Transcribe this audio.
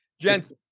Gents